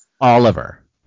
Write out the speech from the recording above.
Oliver